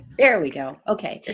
there we go, okay.